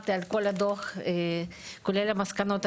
עברתי על כל הדוח, כולל המסקנות.